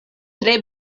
tre